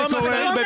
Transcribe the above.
מה שקורה עכשיו,